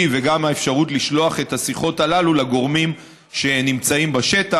וגם האפשרות לשלוח את השיחות הללו לגורמים שנמצאים בשטח,